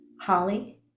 Holly